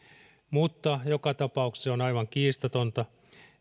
mutta joka tapauksessa on aivan kiistatonta